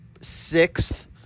sixth